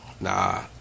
nah